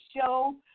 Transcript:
show